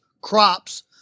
crops